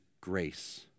grace